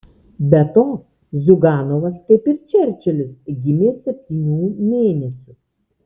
be to ziuganovas kaip ir čerčilis gimė septynių mėnesių